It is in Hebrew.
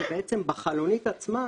כשבחלונית עצמה